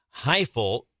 Heifel